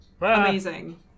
amazing